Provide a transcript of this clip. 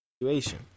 situation